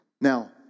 Now